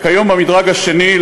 וכיום במדרג השני,